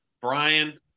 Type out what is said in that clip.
Brian